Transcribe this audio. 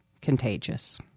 contagious